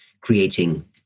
creating